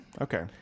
Okay